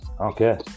Okay